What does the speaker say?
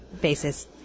basis